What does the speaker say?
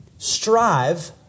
Strive